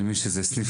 זה סניף